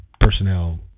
personnel